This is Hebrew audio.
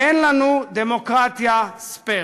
אין לנו דמוקרטיה "ספייר".